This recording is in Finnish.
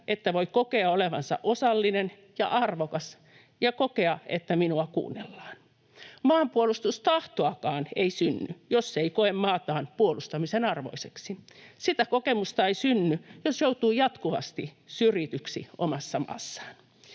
että voi kokea olevansa osallinen ja arvokas ja kokea, että minua kuunnellaan. Maanpuolustustahtoakaan ei synny, jos ei koe maataan puolustamisen arvoiseksi. Sitä kokemusta ei synny, jos joutuu jatkuvasti syrjityksi omassa maassaan.